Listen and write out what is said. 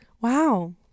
Wow